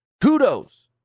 kudos